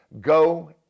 Go